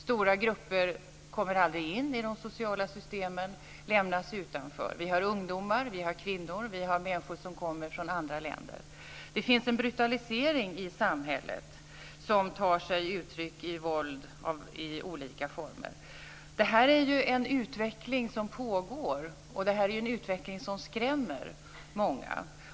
Stora grupper kommer aldrig in i de sociala systemen utan lämnas utanför. Vi har ungdomar, vi har kvinnor, och vi har människor som kommer från andra länder. Det finns en brutalisering i samhället som tar sig uttryck i våld i olika former. Detta är ju en utveckling som pågår, och detta är en utveckling som skrämmer många.